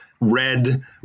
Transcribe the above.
red